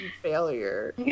failure